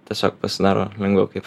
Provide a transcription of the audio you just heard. tiesiog pasidaro lengviau kaip